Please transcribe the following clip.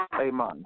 Amen